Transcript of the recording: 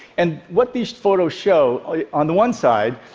and what these photos show on the one side,